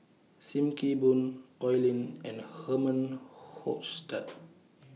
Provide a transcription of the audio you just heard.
SIM Kee Boon Oi Lin and Herman Hochstadt